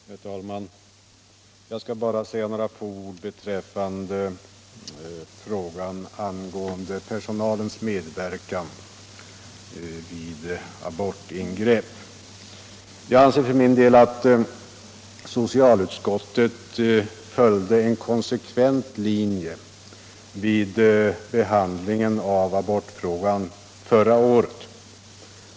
Herr talman! Jag skall bara säga några få ord i fråga om personalens medverkan vid abortingrepp. Jag anser för min del att socialutskottet följde en konsekvent linje vid behandlingen av abortfrågan förra året.